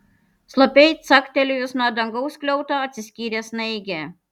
slopiai caktelėjus nuo dangaus skliauto atsiskyrė snaigė